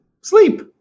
sleep